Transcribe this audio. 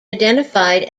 identified